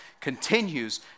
continues